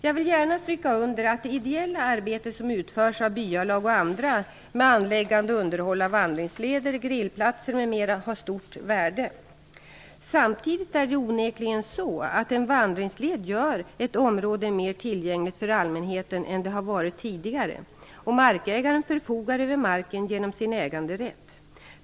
Jag vill gärna stryka under att det ideella arbete som utförs av byalag och andra med anläggande och underhåll av vandringsleder, grillplatser m.m. har stort värde. Samtidigt är det onekligen så, att en vandringsled gör ett område mer tillgängligt för allmänheten än det har varit tidigare. Markägaren förfogar över marken genom sin äganderätt.